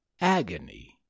agony